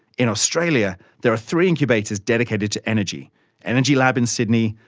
in australia, there are three incubators dedicated to energy energylab in sydney,